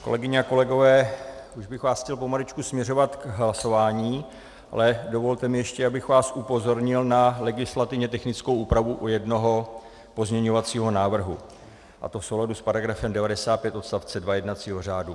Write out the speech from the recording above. Kolegyně a kolegové, už bych vás chtěl pomaličku směřovat k hlasování, ale dovolte mi ještě, abych vás upozornil na legislativně technickou úpravu u jednoho pozměňovacího návrhu, a to v souladu s § 95 odst. 2 jednacího řádu.